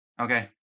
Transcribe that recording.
Okay